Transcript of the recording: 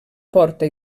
porta